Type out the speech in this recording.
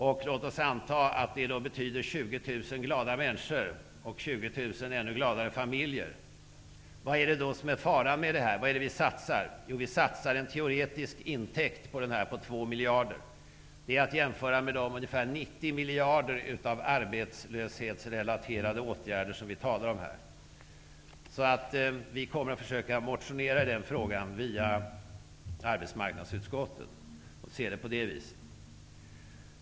Låt oss också anta att det betyder 20 000 glada människor och 20 000 ännu gladare familjer. Vad är då faran med detta? Vad är det som vi satsar? Jo, vi satsar en teoretisk intäkt på 2 miljarder. Detta kan man jämföra med de ungefär 90 miljarder av arbetslöshetsrelaterade åtgärder som vi talar om här. Vi kommer att försöka motionera i den frågan via arbetsmarknadsutskottet och se det på det sättet.